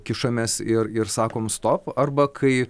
kišamės ir ir sakom stop arba kai